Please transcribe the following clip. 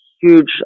Huge